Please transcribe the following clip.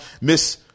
Miss